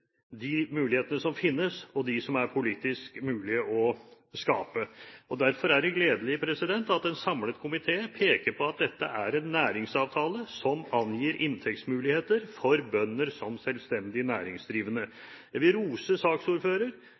de mulighetene som finnes, og de som er politisk mulige å skape. Derfor er det gledelig at en samlet komité peker på at dette er en næringsavtale som angir inntektsmuligheter for bønder som selvstendig næringsdrivende. Jeg vil rose